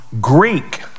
Greek